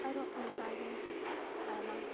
ᱟᱨᱚ ᱚᱱᱠᱟ ᱜᱮ ᱟᱭᱢᱟ